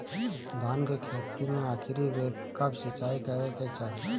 धान के खेती मे आखिरी बेर कब सिचाई करे के चाही?